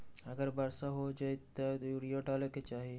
अगर वर्षा हो जाए तब यूरिया डाले के चाहि?